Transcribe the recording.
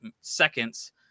seconds